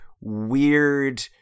weird